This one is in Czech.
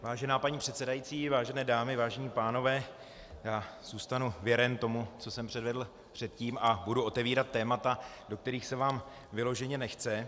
Vážená paní předsedající, vážené dámy, vážení pánové, já zůstanu věren tomu, co jsem předvedl předtím, a budu otevírat témata, do kterých se vám vyloženě nechce.